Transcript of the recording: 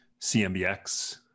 CMBX